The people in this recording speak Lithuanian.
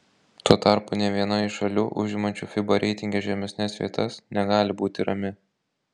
tuo tarpu nė viena iš šalių užimančių fiba reitinge žemesnes vietas negali būti rami